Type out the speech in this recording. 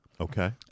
Okay